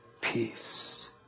peace